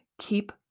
Keep